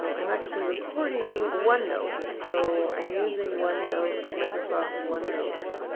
um i'm actually recording onenote so i'm using onenote microsoft's onenote